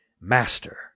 master